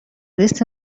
لیست